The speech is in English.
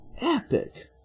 epic